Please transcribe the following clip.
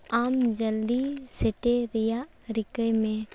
ᱟᱢ ᱡᱚᱞᱫᱤ ᱥᱮᱴᱮᱨ ᱨᱮᱭᱟᱜ ᱨᱤᱠᱟᱹᱭ ᱢᱮ